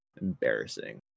Embarrassing